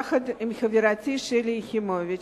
יחד עם חברתי שלי יחימוביץ.